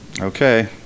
Okay